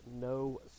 no